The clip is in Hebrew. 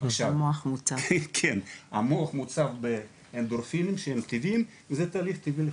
המוח מעוצב באנדורפינים שהם טבעיים וזה תהליך טבעי לחלוטין.